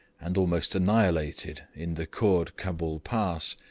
and almost annihilated in the koord cabul pass,